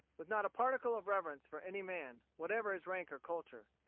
with not a particle of reverence for any man, whatever his rank or culture.